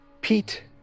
Pete